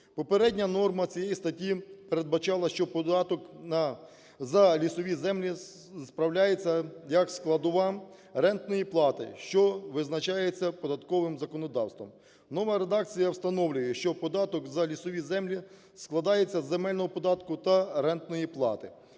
Попередня норма цієї статті передбачала, що податок за лісові землі справляється як складова рентної плати, що визначається податковим законодавством. Нова редакція встановлює, що податок за лісові землі складається з земельного податку та рентної плати.